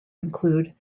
include